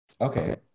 Okay